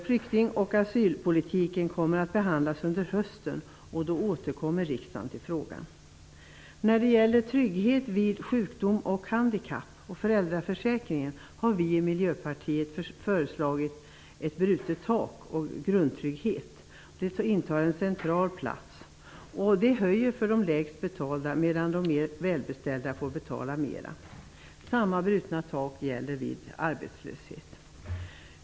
Flykting och asylpolitiken kommer att behandlas under hösten, och då återkommer riksdagen till frågan. När det gäller trygghet vid sjukdom och handikapp samt föräldraförsäkringen har vi i Miljöpartiet föreslagit ett brutet tak och grundtrygghet. Det förslaget intar en central plats. Vi vill höja för de lägst betalda, medan de mer välbeställda får betala mer. Samma brutna tak gäller vid arbetslöshet.